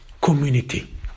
community